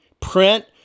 print